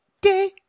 day